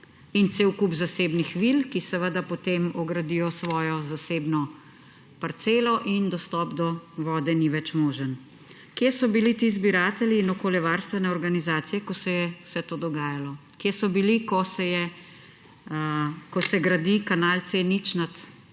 in cel kup zasebnih vil, ki seveda potem ogradijo svojo zasebno parcelo in dostop do vode ni več mogoč. Kje so bili ti zbiratelji in okoljevarstvene organizacije, ko se je vse to dogajalo? Kje so bili, ko se gradi kanal C0 nad vodovodom?